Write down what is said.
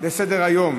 סדר-היום?